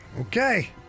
Okay